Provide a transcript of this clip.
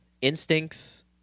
Instincts